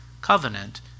covenant